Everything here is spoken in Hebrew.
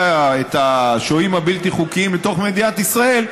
את השוהים הבלתי-חוקיים לתוך מדינת ישראל,